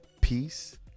peace